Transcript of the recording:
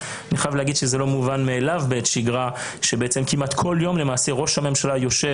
אני חייב להגיד שזה לא מובן מאליו שראש הממשלה כמעט כל יום יושב